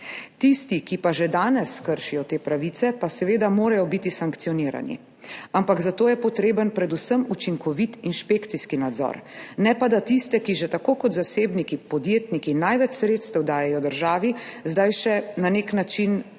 Tisti, ki pa že danes kršijo te pravice, pa seveda morajo biti sankcionirani, ampak za to je potreben predvsem učinkovit inšpekcijski nadzor, ne pa da tiste, ki že tako kot zasebniki, podjetniki dajejo največ sredstev državi, zdaj še na nek način,